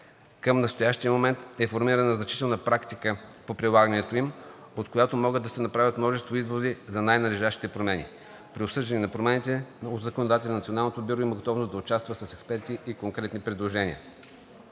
Към настоящия момент е формирана значителна практика по прилагането им, от която могат да се направят множество изводи за най-належащите промени. При обсъждане на промените от законодателя Националното бюро има готовност да участва с експерти и конкретни предложения.